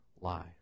lie